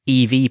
EV